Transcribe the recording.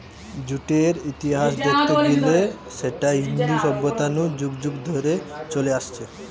জুটের ইতিহাস দেখতে গিলে সেটা ইন্দু সভ্যতা নু যুগ যুগ ধরে চলে আসছে